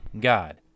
God